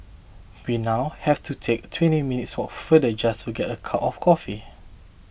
we now have to take twenty minutes farther just to get a cup of coffee